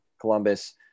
Columbus